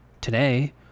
today